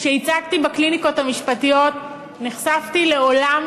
כשהצגתי בקליניקות המשפטיות נחשפתי לעולם